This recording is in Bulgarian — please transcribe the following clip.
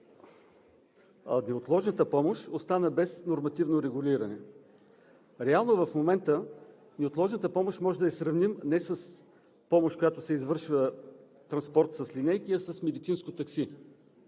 неотложната помощ остана без нормативно регулиране. Реално в момента неотложната помощ можем да я сравним не с помощ, която се извършва с транспорт с линейки, а с медицинско такси.